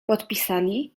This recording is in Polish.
podpisali